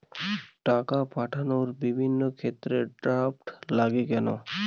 টাকা পাঠানোর বিভিন্ন ক্ষেত্রে ড্রাফট লাগে কেন?